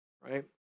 right